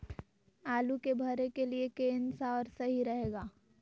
आलू के भरे के लिए केन सा और सही रहेगा?